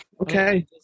Okay